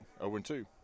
0-2